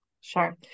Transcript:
Sure